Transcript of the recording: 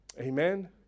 Amen